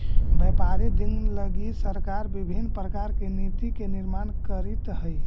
व्यापारिक दिन लगी सरकार विभिन्न प्रकार के नीति के निर्माण करीत हई